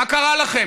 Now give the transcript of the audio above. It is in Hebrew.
מה קרה לכם?